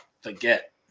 forget